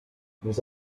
mis